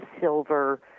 silver